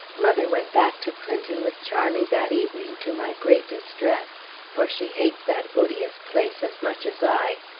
mother went back to clinton with charlie that evening, to my great distress for she hates that odious place as much as i.